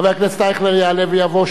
חבר הכנסת אייכלר יעלה ויבוא,